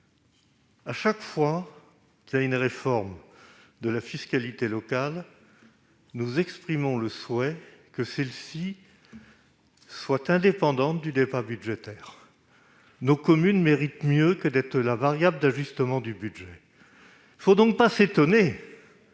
chaque fois qu'il y a une réforme de la fiscalité locale, nous exprimons le souhait qu'elle soit indépendante du débat budgétaire : nos communes méritent mieux que d'être la variable d'ajustement du budget. Il ne faut pas vous étonner